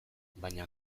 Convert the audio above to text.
baina